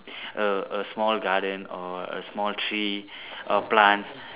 a a small garden or a small tree or plants